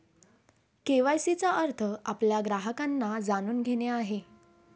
KYC चा अर्थ आपल्या ग्राहकांना जाणून घेणे आहे